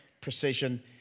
precision